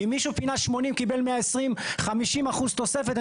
אם מישהו פינה 80 וקיבל 120, חמישים אחוז תוספת.